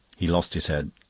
he lost his head,